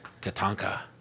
tatanka